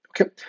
Okay